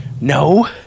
no